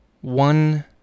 One